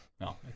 No